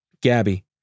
Gabby